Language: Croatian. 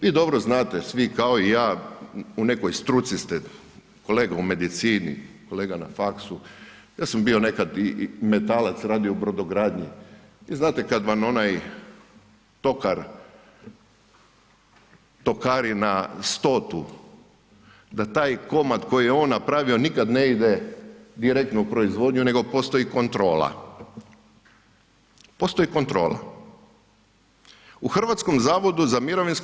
vi dobro znate svi kao i ja u nekoj struci ste, kolega u medicini, kolega na faksu, ja sam bio nekad i metalac radio u brodogradnji i znate kad vam onaj tokar tokari na 100-tu, da taj komad koji je on napravio nikad ne ide direktno u proizvodnju nego postoji kontrola, postoji kontrola.